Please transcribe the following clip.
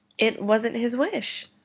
it wasn't his wish.